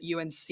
unc